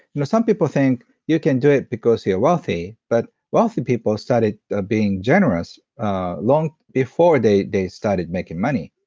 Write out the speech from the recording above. you know some people think you can do it because you're wealthy, but wealthy people started ah being generous long before they they started making money.